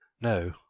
No